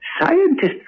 Scientists